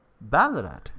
Ballarat